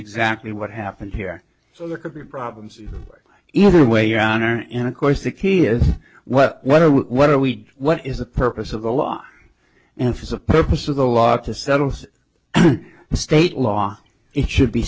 exactly what happened here so there could be problems either way your honor and of course the key is what what what are we what is the purpose of the law and face of purpose of the law to settles the state law it should be